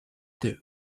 two